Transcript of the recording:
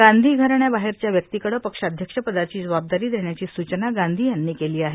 गांधी घराण्याबाहेरच्या व्यक्तीकडं पक्षाध्यक्ष पदाची जबाबदारी देण्याची सूचना गांधी यांनी केली आहे